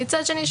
מצד שני,